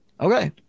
Okay